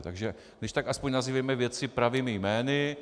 Takže když tak aspoň nazývejme věci pravými jmény.